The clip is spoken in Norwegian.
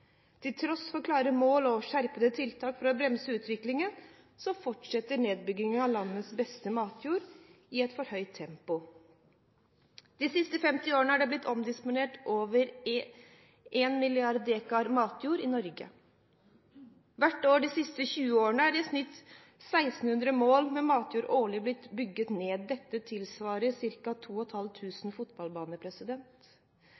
Til tross for klare mål og skjerpede tiltak for å bremse utviklingen fortsetter nedbyggingen av landets beste matjord i et for høyt tempo. De siste 50 årene er det blitt omdisponert over 1 million dekar matjord i Norge. Hvert år de siste 20 årene har i snitt 16 000 mål med matjord årlig blitt bygget ned. Dette tilsvarer ca. 2 500 fotballbaner. Jordbruksarealet vårt går stadig nedover og